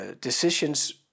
decisions